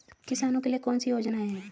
किसानों के लिए कौन कौन सी योजनाएं हैं?